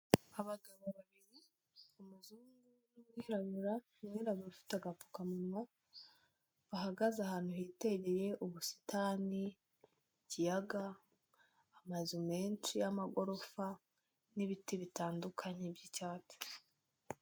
Abagabo babiri, umuzungu n'umwirabura, umwirabura ufite agapfukamunwa, bahagaze ahantu hitegeye ubusitani, ikiyaga, amazu menshi y'amagorofa, n'ibiti bitandukanye by'icyatsi.